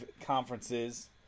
conferences